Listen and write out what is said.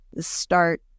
start